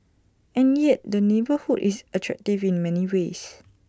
and yet the neighbourhood is attractive in many ways